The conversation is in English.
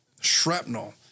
shrapnel